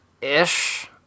Ish